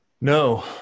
no